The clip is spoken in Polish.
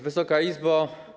Wysoka Izbo!